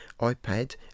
iPad